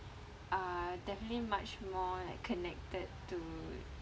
are definitely much more like connected to